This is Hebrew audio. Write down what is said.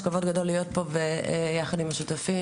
כבוד גדול להיות פה יחד עם השותפים.